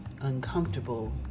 uncomfortable